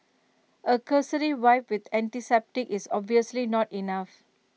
A cursory wipe with antiseptic is obviously not enough